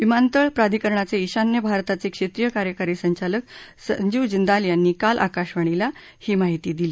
विमानतळ प्राधिकरणाचे ईशान्य भारताचे क्षेत्रीय कार्यकारी संचालक संजीव जिंदाल यांनी काल आकाशवाणीवर ही माहिती दिली